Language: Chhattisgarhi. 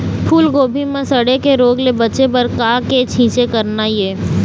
फूलगोभी म सड़े के रोग ले बचे बर का के छींचे करना ये?